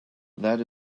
that